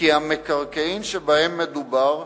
כי המקרקעין שבהם מדובר,